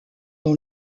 dans